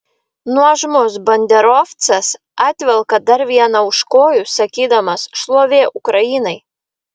nuožmus banderovcas atvelka dar vieną už kojų sakydamas šlovė ukrainai